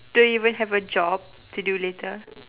do you even have a job to do later